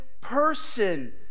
person